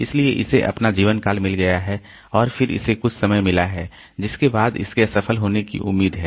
इसलिए इसे अपना जीवनकाल मिल गया है और फिर इसे कुछ समय मिला है जिसके बाद इसके असफल होने की उम्मीद है